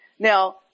Now